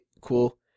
cool